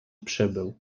przybył